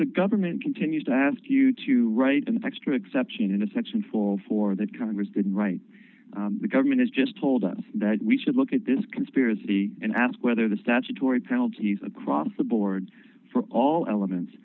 the government continues to ask you to write an extra exception in a section four for that congress didn't write the government has just told us that we should look at this conspiracy and ask whether the statutory penalties across the board for all elements